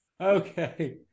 Okay